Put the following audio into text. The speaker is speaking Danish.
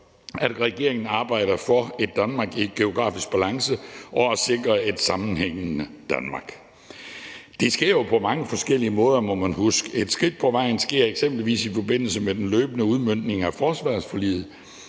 at regeringen arbejder for et Danmark i geografisk balance og at sikre et sammenhængende Danmark. Det sker jo på mange forskellige måder, må man huske på. Et skridt på vejen sker eksempelvis i forbindelse med den løbende udmøntning af forsvarsforliget.